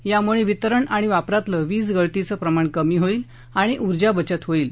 यामुळे वितरण आणि वापरातलं वीजगळतीचं प्रमाण कमी होईल आणि ऊर्जा बचत होईल